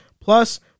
Plus